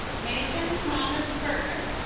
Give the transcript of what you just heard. mason thomas kurt nur